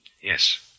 Yes